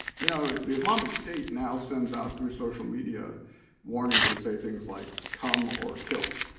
you know the islamic state now sends out through social media warnings that say things like, come or kill,